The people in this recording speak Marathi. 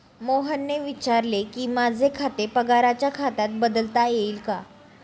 मोहनने विचारले की, माझे खाते पगाराच्या खात्यात बदलता येईल का